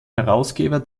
herausgeber